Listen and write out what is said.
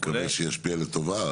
אני מקווה שישפיע לטובה.